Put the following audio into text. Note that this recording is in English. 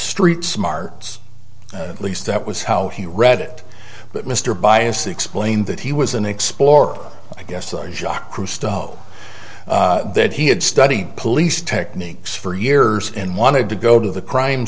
street smarts at least that was how he read it but mr bias explained that he was an explorer i guess that jock christo that he had studied police techniques for years and wanted to go to the crime